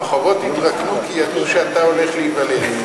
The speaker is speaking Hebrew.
הרחובות התרוקנו כי ידעו שאתה הולך להיוולד.